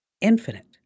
Infinite